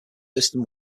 system